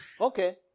Okay